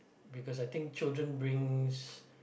because I think children brings